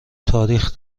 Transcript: تاریخ